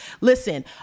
Listen